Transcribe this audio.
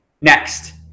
Next